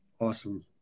Awesome